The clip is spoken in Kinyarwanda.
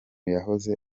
yahoze